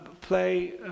play